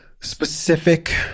specific